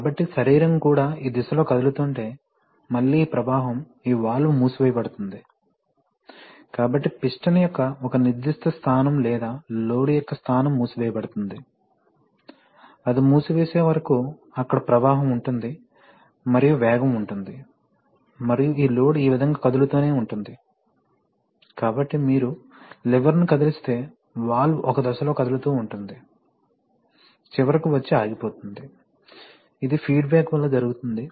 కాబట్టి శరీరం కూడా ఈ దిశలో కదులుతుంటే మళ్ళీ ఈ ప్రవాహం ఈ వాల్వ్ మూసివేయబడుతుంది కాబట్టి పిస్టన్ యొక్క ఒక నిర్దిష్ట స్థానం లేదా లోడ్ యొక్క స్థానం మూసివేయబడుతుంది అది మూసివేసే వరకు అక్కడ ప్రవాహం ఉంటుంది మరియు వేగం ఉంటుంది మరియు ఈ లోడ్ ఈ విధంగా కదులుతూనే ఉంటుంది కాబట్టి మీరు లివర్ను కదిలిస్తే వాల్వ్ ఒక దిశలో కదులుతూ ఉంటుంది చివరకు వచ్చి ఆగిపోతుందిఇది ఫీడ్బ్యాక్ వల్ల జరుగుతుంది